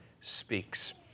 speaks